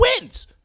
wins